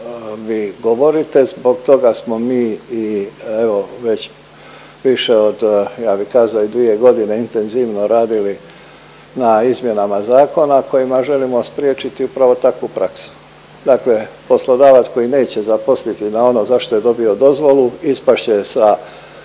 vi govorite. Zbog toga smo mi i evo, već više od, ja bih kazao i dvije godine intenzivno radili na izmjenama zakona kojima želimo spriječiti upravo takvu praksu. Dakle poslodavac koji neće zaposliti na ono zašto je dobio dozvolu, ispast